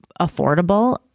affordable